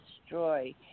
destroy